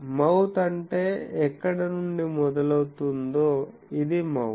mouth అంటే ఎక్కడ నుండి మొదలవుతుందో ఇది మౌత్